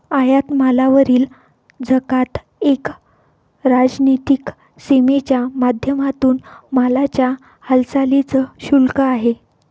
आयात मालावरील जकात एक राजनीतिक सीमेच्या माध्यमातून मालाच्या हालचालींच शुल्क आहे